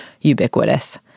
ubiquitous